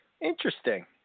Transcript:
interesting